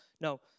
No